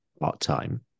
part-time